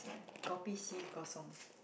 kopi C Kosong